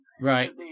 Right